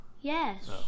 Yes